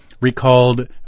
recalled